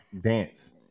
dance